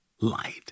light